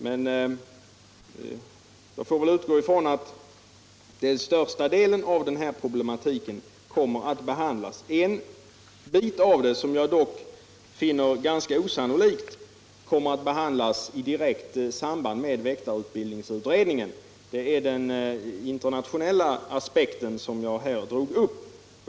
Men jag får väl utgå från att den största delen av denna problematik kommer att behandlas. En del av den, som jag dock finner det ganska osannolikt att man kommer att behandla i dirckt samband med väktarutbildningsutredningen, är den internationella aspekten som jag här tagit upp.